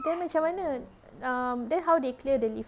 then macam mana um then how they clear the leave